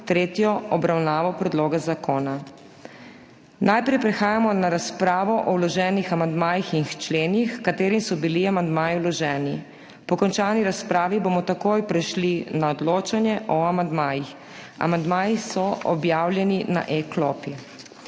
tretjo obravnavo predloga zakona. Najprej prehajamo na razpravo o vloženih amandmajih in členih, h katerim so bili amandmaji vloženi, po končani razpravi bomo takoj prešli na odločanje o amandmajih. Amandmaji so objavljeni na e-klopi.